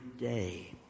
day